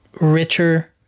richer